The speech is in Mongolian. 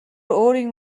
өөрийн